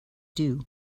due